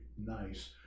nice